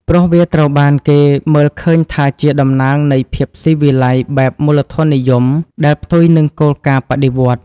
ព្រោះវាត្រូវបានគេមើលឃើញថាជាតំណាងនៃភាពស៊ីវិល័យបែបមូលធននិយមដែលផ្ទុយនឹងគោលការណ៍បដិវត្តន៍។